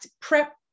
prep